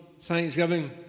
thanksgiving